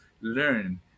learn